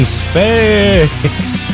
space